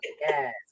yes